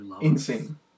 Insane